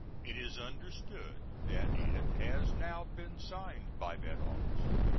it is understood that it has now been signed by that officer,